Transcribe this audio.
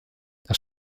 das